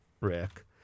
Rick